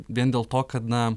vien dėl to kad na